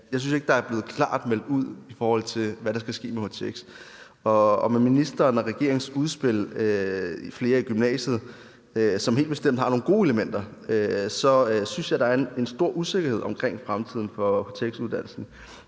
jeg ikke synes, der er blevet meldt klart ud om, hvad der skal ske med htx. Med ministeren og regeringens udspil »Flere i gymnasiet«, som helt bestemt har nogle gode elementer, synes jeg der er en stor usikkerhed omkring fremtiden for htx-uddannelsen,